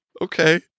Okay